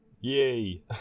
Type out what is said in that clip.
Yay